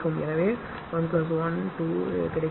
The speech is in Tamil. எனவே 1 1 2 பெறுகிறது